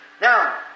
Now